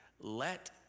let